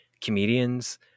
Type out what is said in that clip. comedians